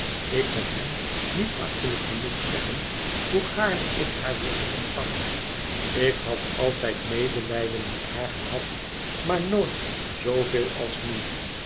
ik kon hem niet hartelijk genoeg zeggen hoe gaarne ik haar wilde ontvangen ik had altijd medelijden met haar gehad maar nooit zooveel als nu